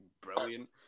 brilliant